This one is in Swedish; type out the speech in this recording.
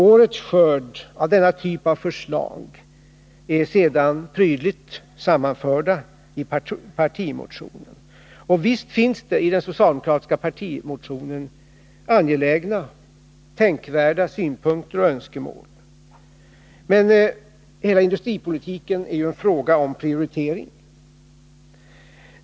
Årets ”skörd” av denna typ av förslag är sedan prydligt sammanförd i partimotionen. Och visst finns det i den socialdemokratiska partimotionen angelägna och tänkvärda synpunkter och önskemål. Men hela industripolitiken är ju en fråga om prioritering.